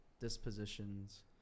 dispositions